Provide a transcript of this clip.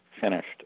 finished